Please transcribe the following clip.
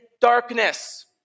darkness